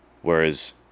whereas